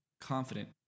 confident